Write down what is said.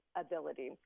ability